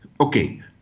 Okay